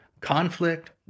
conflict